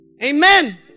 Amen